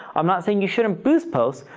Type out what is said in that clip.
i'm not saying you shouldn't boost posts,